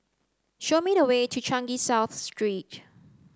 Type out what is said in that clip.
show me the way to Changi South Street